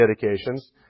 dedications